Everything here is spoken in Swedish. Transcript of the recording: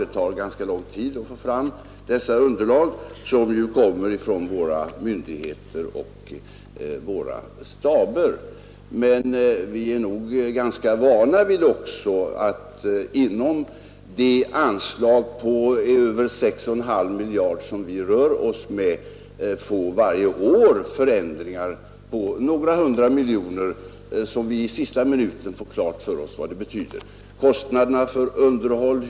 Det tar ganska lång tid att få fram dessa underlag, som kommer från våra myndigheter och våra staber. Men vi är också ganska vana vid att inom det anslag på över sex och en halv miljard som vi rör oss med få förändringar på några hundra miljoner, vilkas betydelse vi i sista minuten får klar för oss. Det kan t.ex. gälla kostnaderna för underhåll.